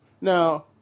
Now